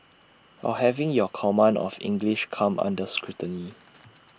or having your command of English come under scrutiny